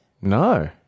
No